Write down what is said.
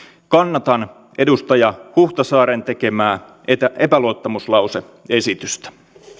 kannatan edustaja huhtasaaren tekemää epäluottamuslause esitystä